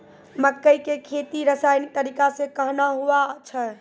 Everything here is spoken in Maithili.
मक्के की खेती रसायनिक तरीका से कहना हुआ छ?